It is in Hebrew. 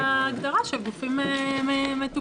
על כל ההגדרה של גופים מתוקצבים.